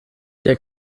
der